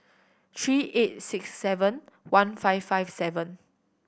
three eight six seven one five five seven